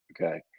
Okay